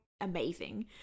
amazing